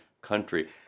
country